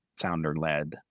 founder-led